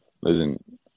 Listen